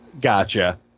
Gotcha